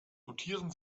notieren